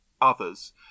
others